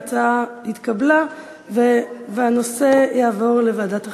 ההצעה התקבלה והנושא יעבור לוועדת החינוך.